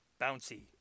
bouncy